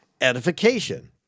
edification